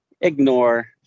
ignore